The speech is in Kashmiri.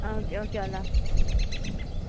اوکے اوکے اَللّہ حافِظ